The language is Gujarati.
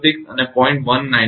8006 અને 0